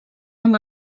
amb